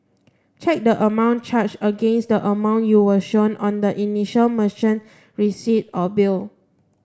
check the amount charged against the amount you were shown on the initial merchant receipt or bill